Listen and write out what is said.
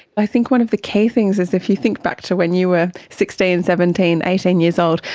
i think one of the key things is if you think back to when you were sixteen, seventeen, eighteen years old,